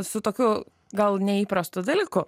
su tokiu gal neįprastu dalyku